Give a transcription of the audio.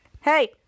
hey